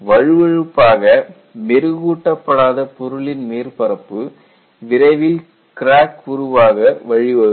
வழுவழுப்பாக மெருகூட்ட படாத பொருளின் மேற்பரப்பு விரைவில் கிராக் உருவாக வழிவகுக்கும்